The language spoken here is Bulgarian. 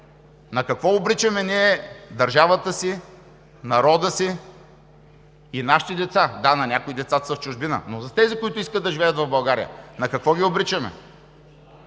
на какво обричаме ние държавата си, народа си и нашите деца? Да, на някои децата са в чужбина, но тези, които искат да живеят в България, на какво ги обричаме?